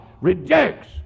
rejects